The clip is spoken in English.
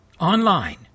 online